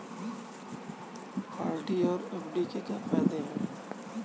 RD और FD के क्या फायदे हैं?